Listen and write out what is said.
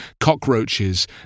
cockroaches